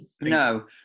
No